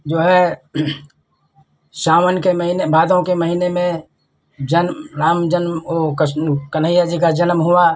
जो है सावन के महीने भादो के महीने में जन्म राम जन्म वह कन्हैया जी का जन्म हुआ